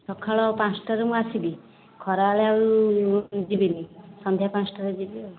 ସକାଳ ପାଞ୍ଚଟାରେ ମୁଁ ଆସିବି ଖରାବେଳେ ଆଉ ଯିବିନି ସନ୍ଧ୍ୟା ପାଞ୍ଚଟାରେ ଯିବି ଆଉ